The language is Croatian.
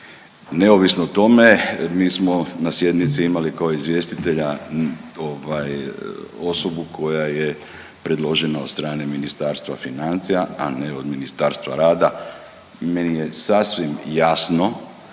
Neovisno o tome mi smo na sjednici imali kao izvjestitelja ovaj osobu koja je predložena od strane Ministarstva financija, a ne od Ministarstva rada. Meni je sasvim jasno